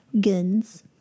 guns